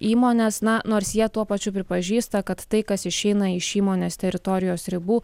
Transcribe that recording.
įmonės na nors jie tuo pačiu pripažįsta kad tai kas išeina iš įmonės teritorijos ribų